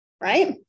Right